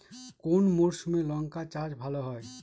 কোন মরশুমে লঙ্কা চাষ ভালো হয়?